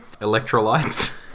Electrolytes